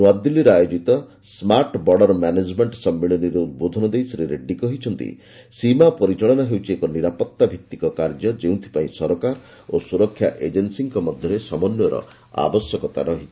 ନୂଆଦିଲ୍ଲୀରେ ଆୟୋଜିତ smart border management ସମ୍ମିଳନୀରେ ଉଦ୍ବୋଧନ ଦେଇ ଶ୍ରୀ ରେଡ୍ଜୀ କହିଛନ୍ତି ସୀମା ପରିଚାଳନା ହେଉଛି ଏକ ନିରାପତ୍ତା ଭିଭିକ କାର୍ଯ୍ୟ ଯେଉଁଥିପାଇଁ ସରକାର ଓ ସୁରକ୍ଷା ଏଜେନ୍ସୀମାନଙ୍କ ମଧ୍ୟରେ ସମନ୍ଧ୍ୟର ଆବଶ୍ୟକତା ରହିଛି